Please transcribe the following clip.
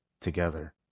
together